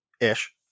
ish